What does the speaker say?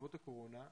בעקבות הקורונה,